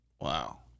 wow